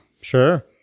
sure